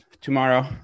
tomorrow